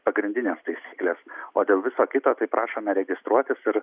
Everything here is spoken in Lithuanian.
pagrindinės taisyklės o dėl viso kito tai prašome registruotis ir